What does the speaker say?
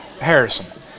harrison